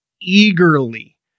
eagerly